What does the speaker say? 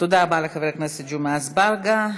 תודה רבה לחבר הכנסת ג'מעה אזברגה.